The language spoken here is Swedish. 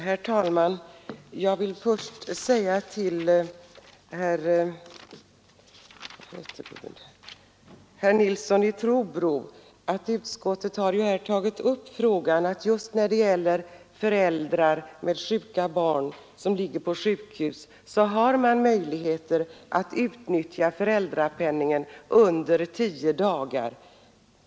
Herr talman! Jag vill först säga till herr Nilsson i Trobro att utskottet just när det gäller föräldrar med sjuka barn som ligger på sjukhus har tagit upp frågan om möjligheterna att utnyttja föräldrapenningen under tio dagar.